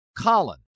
Colin